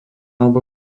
alebo